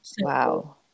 Wow